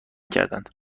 کردند